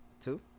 Two